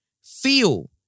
feel